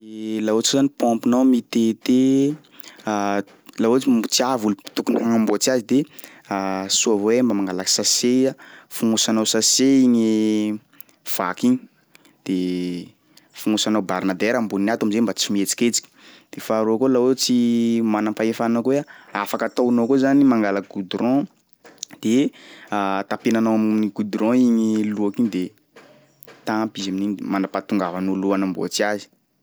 Laha ohatry zany paompinao mitete, laha ohatry mbo tsy avy olo tokony hanamboatsy azy de soa avao iha mba mangalaky sachet iha, fognosanao sachet igny vaky igny de fognosanao barnadaira amboniny ato am'zay mba tsy mihetsiketsiky de faharoa koa laha ohatsy manam-pahefana koa iha afaka ataonao koa zany mangalaky goudron de tapenanao am'goudron igny loaky igny de tampy izy amin'igny mandrapatongavan'olo hanamboatry azy.